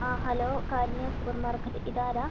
ആ hello Karunya supermarket ഇത് ആരാണ്